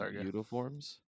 uniforms